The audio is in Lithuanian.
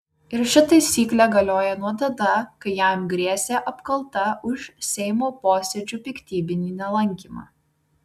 ir ši taisyklė galioja nuo tada kai jam grėsė apkalta už seimo posėdžių piktybinį nelankymą